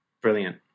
Brilliant